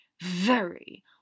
Very